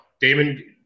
Damon